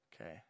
Okay